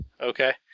Okay